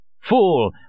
Fool